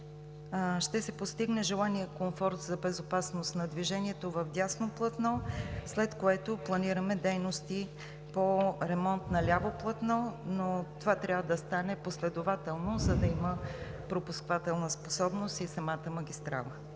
ще се постигне желаният комфорт за безопасност на движението в дясно платно, след което планираме дейности по ремонт на ляво платно, но това трябва да стане последователно, за да има пропускателна способност на самата магистрала.